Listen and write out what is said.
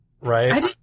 Right